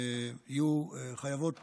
יהיו חייבות